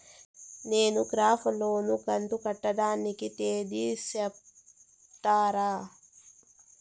నేను crop loan కంతు కట్టేదానికి తేది సెప్తారా?